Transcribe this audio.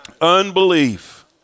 unbelief